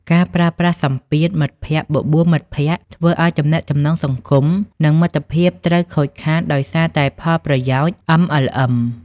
ការប្រើប្រាស់សម្ពាធ "មិត្តភក្តិបបួលមិត្តភក្តិ" ធ្វើឱ្យទំនាក់ទំនងសង្គម និងមិត្តភាពត្រូវខូចខាតដោយសារតែផលប្រយោជន៍ MLM។